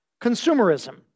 consumerism